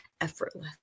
effortless